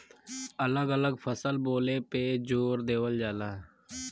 अलग अलग फसल बोले पे जोर देवल जाला